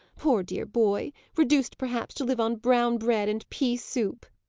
poor dear boy! reduced, perhaps, to live on brown bread and pea-soup!